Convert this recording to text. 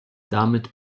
damit